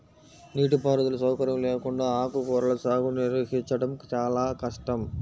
నీటిపారుదల సౌకర్యం లేకుండా ఆకుకూరల సాగుని నిర్వహించడం చాలా కష్టం